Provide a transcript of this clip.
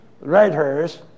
writers